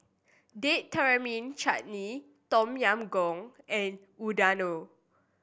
Date Chutney Tom Yam Goong and Unadon